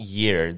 year